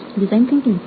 ড ড ড ডিজাইন থিঙ্কিং